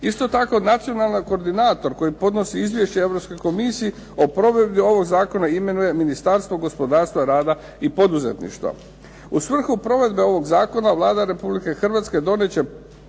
Isto tako, nacionalni koordinator koji podnosi izvješće Europskoj komisiji o provedbi ovog zakona imenuje Ministarstvo gospodarstva, rada i poduzetništva. U svrhu provedbe ovog zakona Vlada Republike Hrvatske donijet